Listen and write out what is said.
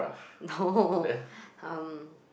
no um